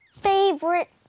favorite